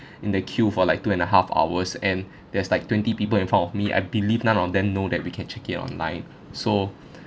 in the queue for like two and a half hours and there's like twenty people in front of me I believe none of them know that we can check in online so